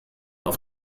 auf